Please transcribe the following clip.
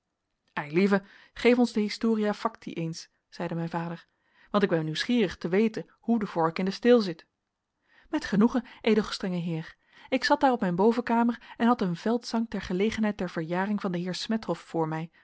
eilieve geef ons de historia facti eens zeide mijn vader want ik ben nieuwsgierig te weten hoe de vork in den steel zit met genoegen edel gestr heer ik zat daar op mijn bovenkamer en had een veldzang ter gelegenheid der verjaring van den heere smethof voor mij